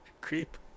creep